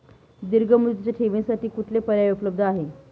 दीर्घ मुदतीच्या ठेवींसाठी कुठले पर्याय उपलब्ध आहेत?